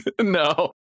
No